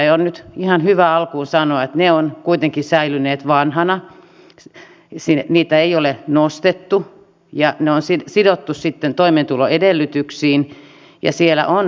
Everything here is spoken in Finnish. on nyt ihan hyvä alkuun sanoa että ne ovat kuitenkin säilyneet vanhoina niitä ei ole nostettu ja ne on sidottu sitten toimeentuloedellytyksiin ja siellä on harkintaa